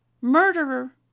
murderer